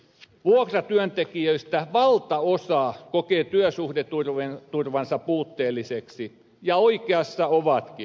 vuokratyöntekijöistä valtaosa kokee työsuhdeturvansa puutteelliseksi ja oikeassa ovatkin